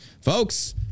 Folks